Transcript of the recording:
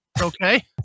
okay